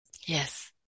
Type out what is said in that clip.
Yes